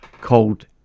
called